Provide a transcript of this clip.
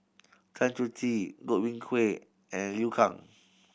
Tan Choh Tee Godwin Koay and Liu Kang